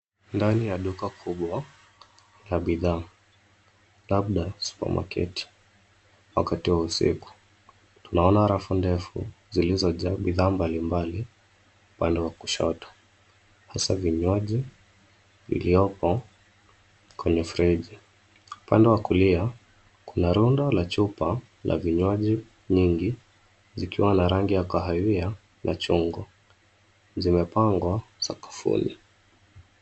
Ndani ya duka kubwa la bidhaa labda supermarket wakati wa usiku. Tunaona rafu ndefu zilizojaa bidhaa mbalimbali upande wa kushoto; hasa vinywaji viliyopo kwenye friji. Upande wa kulia kuna rundo la chupa la vinywaji nyingi zikiwa na rangi ya kahawia na chungwa. Zimepangwa sakafuni.